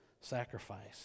sacrifice